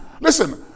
Listen